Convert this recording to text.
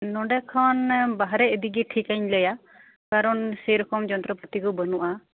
ᱱᱚᱰᱮ ᱠᱷᱚᱱ ᱵᱟᱨᱦᱮ ᱤᱫᱤᱜᱮ ᱴᱷᱤᱠᱟ ᱤᱧ ᱞᱟᱹᱭᱟ ᱠᱟᱨᱚᱱ ᱥᱮᱨᱚᱠᱚᱢ ᱡᱚᱱᱛᱨᱚ ᱯᱟᱹᱛᱤ ᱠᱚ ᱵᱟᱹᱱᱩᱜᱼᱟ